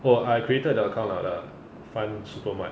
oh I created the account lah the fund super mart